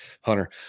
Hunter